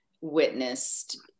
witnessed